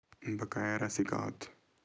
बकाया राशि का होथे?